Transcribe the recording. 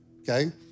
okay